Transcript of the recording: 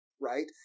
right